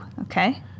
Okay